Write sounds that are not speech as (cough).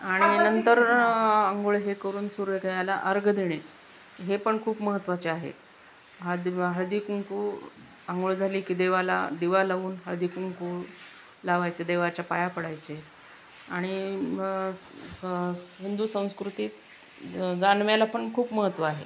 आणि नंतर आंघोळ हे करून सूर्याला अर्घ्य देणे हे पण खूप महत्त्वाचे आहे (unintelligible) हळदीकुंकू आंघोळ झाली की देवाला दिवा लावून हळदीकुंकू लावायचे देवाच्या पाया पडायचे आणि स हिंदू संस्कृतीत जानव्याला पण खूप महत्त्व आहे